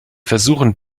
versuchen